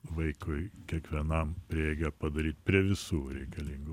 vaikui kiekvienam prieigą padaryt prie visų reikalingų